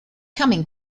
coming